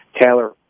Taylor –